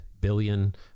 billion